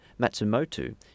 Matsumoto